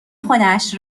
خودش